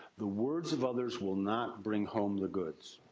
the words of others will not bring home the goods.